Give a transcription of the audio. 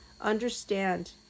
Understand